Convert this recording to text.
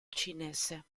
cinese